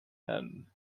and